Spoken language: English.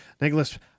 Nicholas